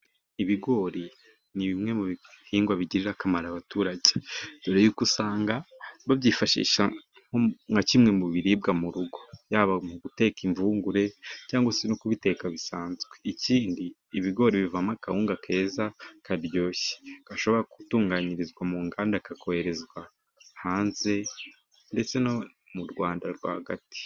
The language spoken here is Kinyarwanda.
Ibigori ni bimwe mu bihingwa bigirira akamaro abaturage, dore y'uko usanga babyifashisha nka kimwe mu biribwa mu rugo yaba mu guteka imvungure cyangwa se no kubiteka bisanzwe, ikindi ibigori bivamo akawunga keza karyoshye gashobora gutunganyirizwa mu nganda, kakoherezwa hanze ndetse no mu Rwanda rwagati.